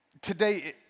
Today